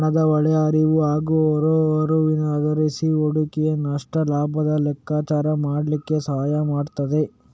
ಹಣದ ಒಳ ಹರಿವು ಹಾಗೂ ಹೊರ ಹರಿವನ್ನು ಆಧರಿಸಿ ಹೂಡಿಕೆಯ ನಷ್ಟ ಲಾಭದ ಲೆಕ್ಕಾಚಾರ ಮಾಡ್ಲಿಕ್ಕೆ ಸಹಾಯ ಮಾಡ್ತದೆ